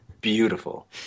beautiful